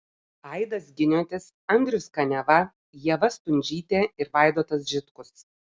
aidas giniotis andrius kaniava ieva stundžytė ir vaidotas žitkus